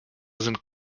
sind